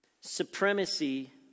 supremacy